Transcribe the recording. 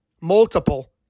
multiple